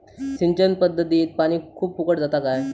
सिंचन पध्दतीत पानी खूप फुकट जाता काय?